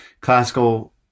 classical